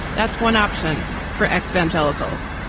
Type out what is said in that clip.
that's one option for x vangelis polls.